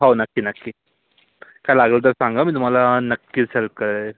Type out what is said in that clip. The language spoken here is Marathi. हो नक्की नक्की काय लागलं तर सांगा मी तुम्हाला नक्कीच हेल्प करेल